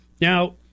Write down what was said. Now